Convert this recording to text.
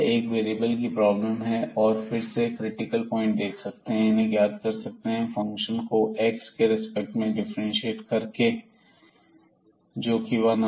यह एक वेरिएबल की प्रॉब्लम है और हम फिर से क्रिटिकल प्वाइंट देख सकते हैं और इन्हें ज्ञात कर सकते हैं फंक्शन को x के रेस्पेक्ट में डिफ्रेंशिएट करके जोकि वन आता है तो यह लोकल मैक्सिमम या लोकल मिनिमम का पॉइंट हो सकता है